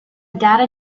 data